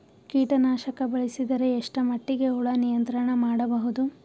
ಕೀಟನಾಶಕ ಬಳಸಿದರ ಎಷ್ಟ ಮಟ್ಟಿಗೆ ಹುಳ ನಿಯಂತ್ರಣ ಮಾಡಬಹುದು?